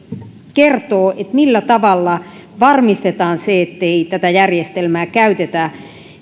kertoo erityisesti millä tavalla varmistetaan se ettei tätä järjestelmää käytetä